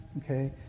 okay